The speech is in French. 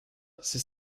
c’est